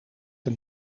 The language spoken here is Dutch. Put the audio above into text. een